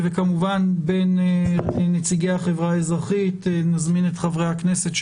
ניתן גם הזדמנות לחברי הכנסת,